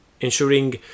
ensuring